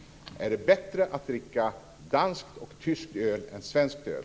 Är det bättre att dricka danskt och tyskt öl än svenskt öl?